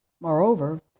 Moreover